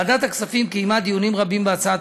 ועדת הכספים קיימה דיונים רבים בהצעת